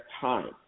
time